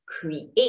create